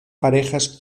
parejas